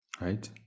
right